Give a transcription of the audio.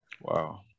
Wow